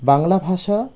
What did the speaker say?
বাংলা ভাষা